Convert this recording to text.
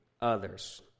others